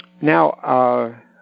now